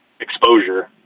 exposure